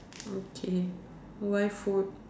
okay why food